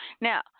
Now